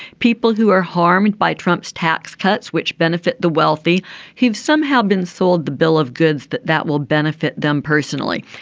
people who are harmed by trump's tax cuts which benefit the wealthy who have somehow been sold the bill of goods that that will benefit them personally.